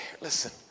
Listen